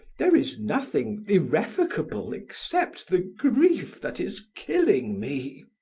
there is nothing irrevocable except the grief that is killing me.